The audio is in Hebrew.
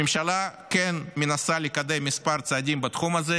הממשלה מנסה לקדם צעדים בתחום הזה,